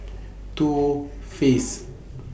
Too Faced